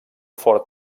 fort